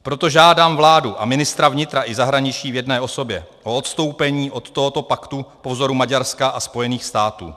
Proto žádám vládu a ministra vnitra i zahraničí v jedné osobě o odstoupení od tohoto paktu po vzoru Maďarska a Spojených států.